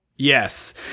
Yes